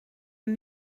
een